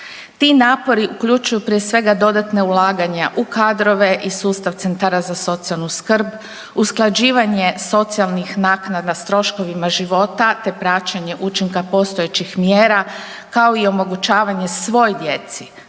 Ti napori uključuju prije svega dodatna ulaganja u kadrove i sustav centara za socijalnu skrb, usklađivanje socijalnih naknada s troškovima života te praćenje učinka postojećih mjera kao i omogućavanje svoj djeci